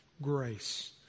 grace